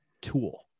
tool